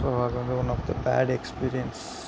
so அது வந்து one of the bad experience